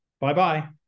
Bye-bye